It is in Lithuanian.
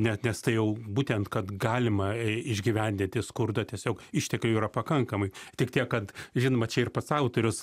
net nes tai jau būtent kad galima i išgyvendinti skurdą tiesiog išteklių yra pakankamai tik tiek kad žinoma čia ir pats autorius